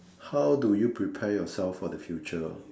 how do you prepare yourself for the future